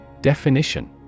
Definition